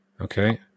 Okay